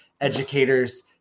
Educators